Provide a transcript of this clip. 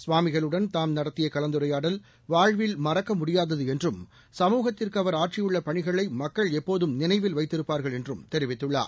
சுவாமிகளுடன் தாம் நடத்தியகலந்துரையாடல் வாழ்வில் மறக்கமுடியாததுஎன்றும் சமூகத்திற்குஅவர் ஆற்றியுள்ளபணிகளைமக்கள் எப்போதும் நினைவில் வைத்திருப்பார்கள் என்றும் தெரிவித்துள்ளார்